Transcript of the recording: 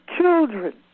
children